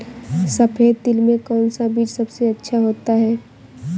सफेद तिल में कौन सा बीज सबसे अच्छा होता है?